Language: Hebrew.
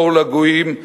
אור לגויים,